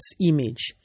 image